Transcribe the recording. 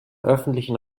öffentlichen